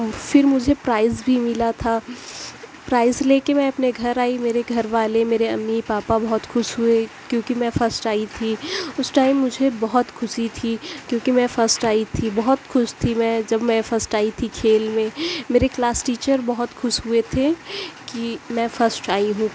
فر مجھے پرائز بھی ملا تھا پرائز لے کے میں اپنے گھر آئی میرے گھر والے میرے امی پاپا بہت خوش ہوئے کیونکہ میں فسٹ آئی تھی اس ٹائم مجھے بہت خوشی تھی کیونکہ میں فسٹ آئی تھی بہت خوش تھی میں جب میں فسٹ آئی تھی کھیل میں میرے کلاس ٹیچر بہت خوش ہوئے تھے کہ میں فسٹ آئی ہوں